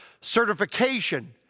certification